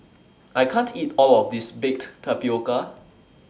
I can't eat All of This Baked Tapioca